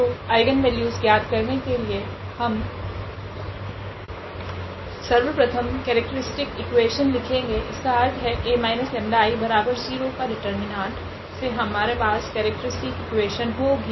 तो आइगनवेल्यूस ज्ञात करने के लिए हम सर्वप्रथम केरेक्ट्रीस्टिक इक्वेशन लिखेगे इसका अर्थ है A 𝜆I0 का डिटर्मिनेंट से हमारे पास केरेक्ट्रीस्टिक इक्वेशन होगी